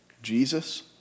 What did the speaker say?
Jesus